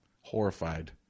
horrified